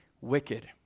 wicked